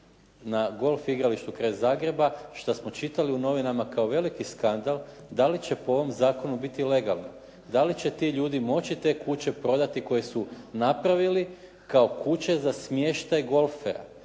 na golf igralištu kraj Zagreba što smo čitali u novinama kao veliki skandal, da li će po ovom zakonu biti legalno? Da li će ti ljudi moći te kuće prodati koje su napravili kao kuće za smještaj golfera,